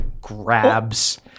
grabs